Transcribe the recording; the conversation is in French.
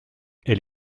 elle